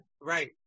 Right